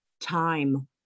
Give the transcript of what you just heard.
Time